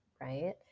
right